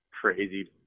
crazy